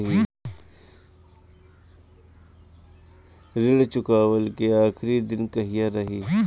ऋण चुकव्ला के आखिरी दिन कहिया रही?